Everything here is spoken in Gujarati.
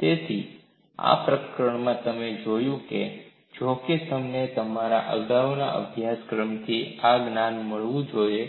તેથી આ પ્રારંભિકતાઓએ તે કરવું જરૂરી છે જો કે તમને તમારા અગાઉના અભ્યાસક્રમથી આ જ્ઞાન મળવું જોઈએ